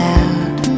out